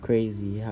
Crazy